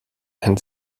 ein